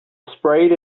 sprayed